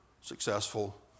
successful